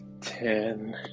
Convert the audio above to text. ten